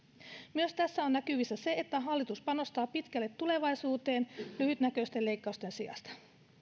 myös tässä on näkyvissä se että hallitus panostaa pitkälle tulevaisuuteen lyhytnäköisten leikkausten sijasta